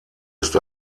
ist